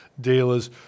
dealers